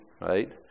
right